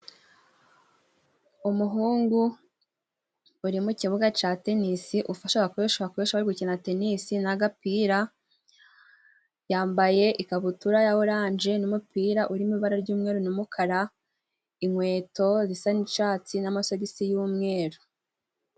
Umuhungu uri mu kibuga cya tenisi ufashe agakoresho bakoresha bari gukina tenisi n'agapira, yambaye ikabutura ya oranje n'umupira urimo ibara ry'umweru n'umukara, inkweto zisa n'icyatsi n'amasogisi y'umweru.